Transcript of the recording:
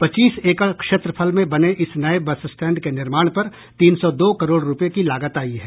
पच्चीस एकड़ क्षेत्रफल में बने इस नये बस स्टैंड के निर्माण पर तीन सौ दो करोड़ रूपये की लागत आयी है